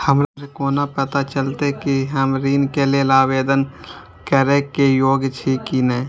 हमरा कोना पताा चलते कि हम ऋण के लेल आवेदन करे के योग्य छी की ने?